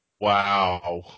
Wow